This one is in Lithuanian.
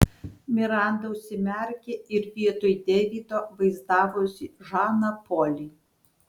miranda užsimerkė ir vietoj deivido vaizdavosi žaną polį